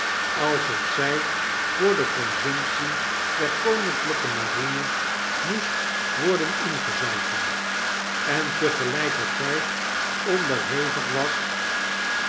alsof zij v oor de consumptie der koninklyke marine moest worden ingezouten en tegelijkertyd onderhevig was